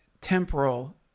temporal